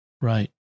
Right